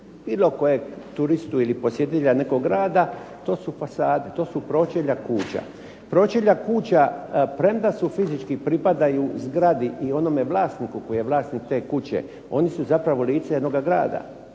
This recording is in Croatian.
bilo kojeg turistu ili posjetitelja nekog grada, to su fasade, to su pročelja kuća. Pročelja kuća premda su fizički pripadaju zgradi i onome vlasniku tko je vlasnik te kuće, oni su zapravo lice jednoga grada,